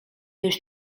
już